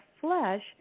flesh